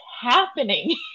happening